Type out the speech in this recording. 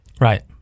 Right